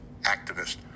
activist